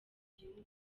gihugu